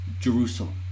Jerusalem